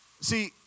See